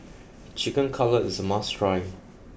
chicken cutlet is a must try